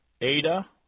Ada